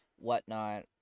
whatnot